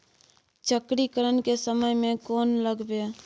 चक्रीकरन के समय में कोन लगबै?